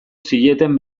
zieten